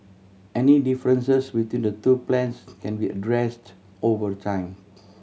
any differences between the two plans can be addressed over time